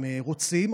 אם רוצים,